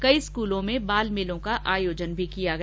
कई स्कूलों में बाल मेलों का आयोजन किया गया